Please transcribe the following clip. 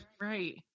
Right